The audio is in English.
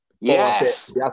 Yes